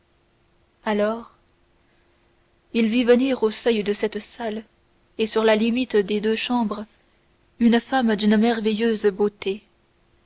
alors il vit venir au seuil de cette salle et sur la limite des deux chambres une femme d'une merveilleuse beauté